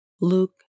Luke